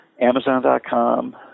Amazon.com